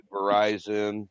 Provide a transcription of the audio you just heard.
Verizon